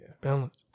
Balance